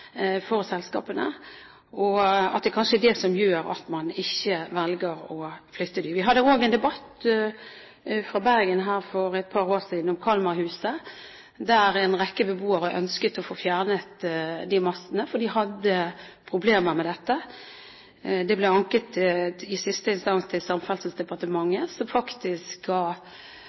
Vi hadde også en debatt i Bergen for et par år siden om Kalmarhuset, der en rekke beboere ønsket å få fjernet mastene fordi de hadde problemer med dette. Det ble anket i siste instans til Samferdselsdepartementet, som faktisk ga